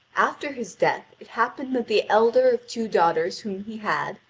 after his death it happened that the elder of two daughters whom he had,